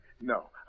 No